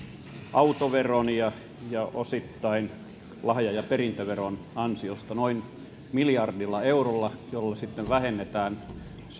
autoveron ja ja osittain lahja ja perintöveron ansiosta noin miljardilla eurolla jolla sitten vähennetään